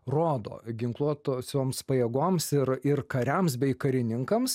rodo ginkluotosioms pajėgoms ir ir kariams bei karininkams